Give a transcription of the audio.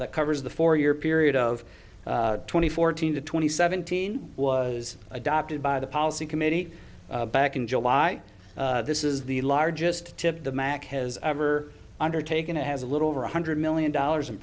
that covers the four year period of twenty fourteen to twenty seventeen was adopted by the policy committee back in july this is the largest tip the mac has ever undertaken it has a little over one hundred million dollars in